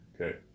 okay